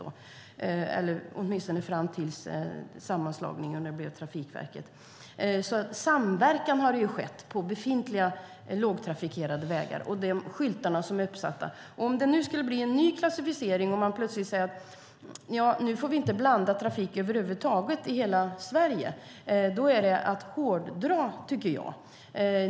Samverkan har alltså skett när det gäller befintliga lågtrafikerade vägar och de skyltar som är uppsatta. Låt oss säga att det nu skulle bli en ny klassificering och man plötsligt skulle säga: Nu får vi inte blanda trafik över huvud taget i Sverige. Det skulle vara att hårdra, tycker jag.